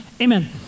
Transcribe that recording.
amen